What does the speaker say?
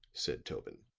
said tobin.